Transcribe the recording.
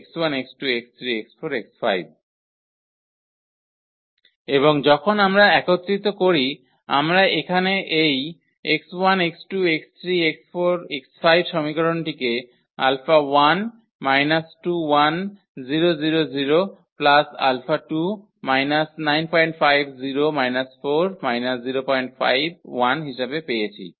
এবং যখন আমরা একত্রিত করি আমরা এখানে এই সমীকরণটিকে হিসাবে পেয়েছি